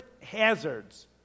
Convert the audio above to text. hazards